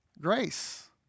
grace